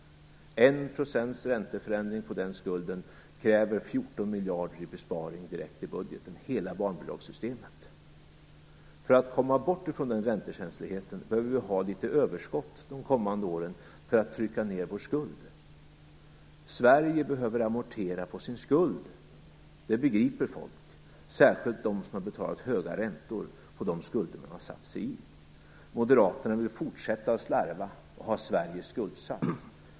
1 % ränteförändring på den skulden kräver direkt 14 miljarder kronor i besparing. För att komma bort ifrån den räntekänsligheten bör det finnas ett överskott under de kommande åren så att vi kan trycka ned vår skuld. Sverige behöver amortera på sin skuld. Det begriper folk, särskilt de som har betalat höga räntor på de skulder som de har ådragit sig. Moderaterna vill fortsätta att slarva och ha Sverige skuldsatt.